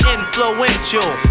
Influential